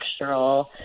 textural